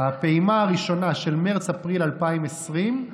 הפעימה הראשונה, של מרץ-אפריל 2020,